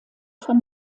von